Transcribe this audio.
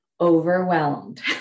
overwhelmed